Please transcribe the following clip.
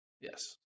yes